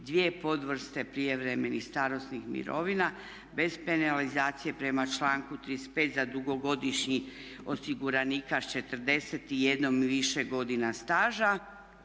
dvije podvrste prijevremenih starosnih mirovina bez penalizacije prema članku 35. za dugogodišnjih osiguranika sa 41 i više godina staža